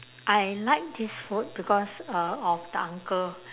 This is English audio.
I like this food because uh of the uncle